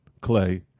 Clay